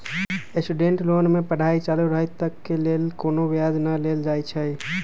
student loan में पढ़ाई चालू रहइत तक के लेल कोनो ब्याज न लेल जाइ छइ